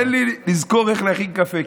תן לי לזכור איך להכין קפה,